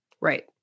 Right